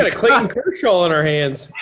and clayton kershaw on our hands.